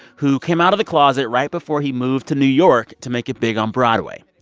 who came out of the closet right before he moved to new york to make it big on broadway.